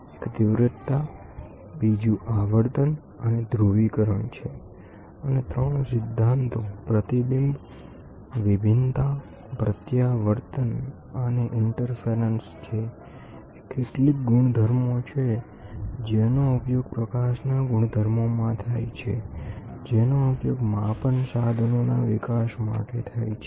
એક તીવ્રતા આવર્તન અને ધ્રુવીકરણ છે અને 3 સિદ્ધાંતો પ્રતિબિંબ વિભિન્નતા પ્રત્યાવર્તન અને ઇન્ટરફેરન્સ છે એ કેટલીકગુણધર્મો છે જેનો ઉપયોગ પ્રકાશના ગુણધર્મોમાં થાય છે જેનો ઉપયોગ માપન સાધનોના વિકાસમાટે થાય છે